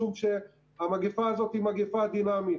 משום שהמגפה הזאת היא מגפה דינמית.